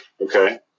Okay